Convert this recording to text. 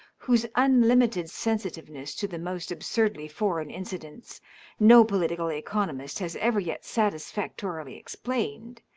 whose unlimited sensitiveness to the most absurdly foreign incidents no political economist has ever yet satisfactorily explained,